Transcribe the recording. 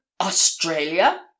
Australia